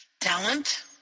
Talent